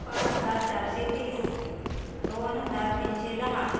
पाच हजार चारशे तीस दोन हजार तीनशे दहा